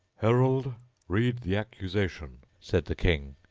herald, read the accusation said the king.